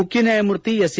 ಮುಖ್ಯ ನ್ಯಾಯಮೂರ್ತಿ ಎಸ್ಎ